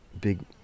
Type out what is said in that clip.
big